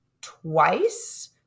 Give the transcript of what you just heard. twice